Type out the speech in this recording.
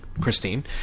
Christine